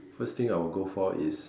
first thing I will go for is